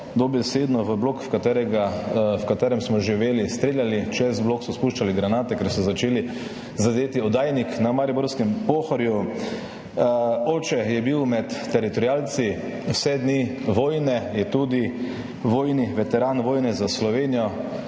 dobesedno v blok, v katerem smo živeli, streljali. Čez blok so spuščali granate, ker so želeli zadeti oddajnik na Mariborskem Pohorju. Oče je bil med teritorialci vse dni vojne, je tudi vojni veteran vojne za Slovenijo,